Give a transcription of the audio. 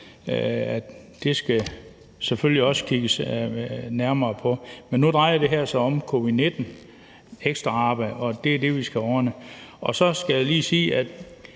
der selvfølgelig også kigges nærmere på, men nu drejer det her sig om covid-19-ekstraarbejde, og det er det, vi skal ordne. Så skal jeg lige for en